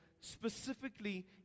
specifically